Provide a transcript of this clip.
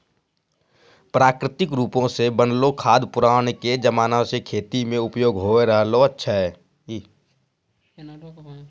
प्राकृतिक रुपो से बनलो खाद पुरानाके जमाना से खेती मे उपयोग होय रहलो छै